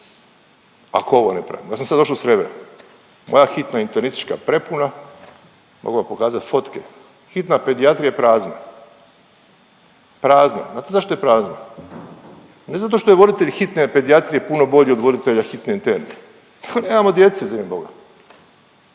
se ne razumije./… Ja sam sad došao sa Rebra. Moja hitna internistička je prepuna, mogu vam pokazati fotke. Hitna pedijatrija je prazna, prazna. Znate zašto je prazna? Ne zato što je voditelj hitne pedijatrije puno bolji od voditelja hitne interne. Nemamo djece za ime boga.